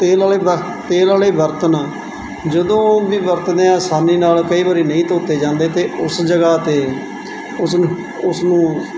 ਤੇਲ ਵਾਲੇ ਤੇਲ ਵਾਲੇ ਬਰਤਨ ਜਦੋਂ ਵੀ ਵਰਤਦੇ ਹਾਂ ਆਸਾਨੀ ਨਾਲ ਕਈ ਵਾਰੀ ਨਹੀਂ ਧੋਤੇ ਜਾਂਦੇ ਅਤੇ ਉਸ ਜਗ੍ਹਾ 'ਤੇ ਉਸ ਨੂੰ ਉਸਨੂੰ